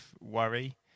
worry